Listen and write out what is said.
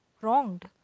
wronged